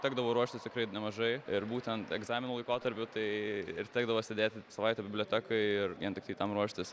tekdavo ruoštis tikrai nemažai ir būtent egzaminų laikotarpiu tai ir tekdavo sėdėti savaitę bibliotekoj ir vien tiktai tam ruoštis